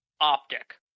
Optic